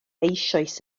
eisoes